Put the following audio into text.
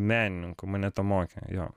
menininku mane to mokė jo